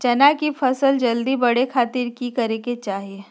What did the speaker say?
चना की फसल जल्दी बड़े खातिर की करे के चाही?